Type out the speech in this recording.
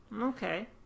Okay